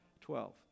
Twelve